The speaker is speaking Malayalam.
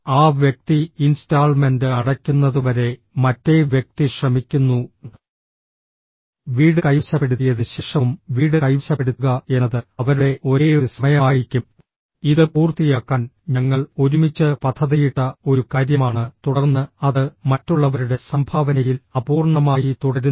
ആ വ്യക്തി ഇൻസ്റ്റാൾമെന്റ് അടയ്ക്കുന്നതുവരെ മറ്റേ വ്യക്തി ശ്രമിക്കുന്നു വീട് കൈവശപ്പെടുത്തിയതിന് ശേഷവും വീട് കൈവശപ്പെടുത്തുക എന്നത് അവരുടെ ഒരേയൊരു സമയമായിരിക്കും ഇത് പൂർത്തിയാക്കാൻ ഞങ്ങൾ ഒരുമിച്ച് പദ്ധതിയിട്ട ഒരു കാര്യമാണ് തുടർന്ന് അത് മറ്റുള്ളവരുടെ സംഭാവനയിൽ അപൂർണ്ണമായി തുടരുന്നു